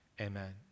amen